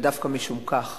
ודווקא משום כך